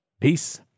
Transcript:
Peace